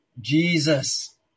Jesus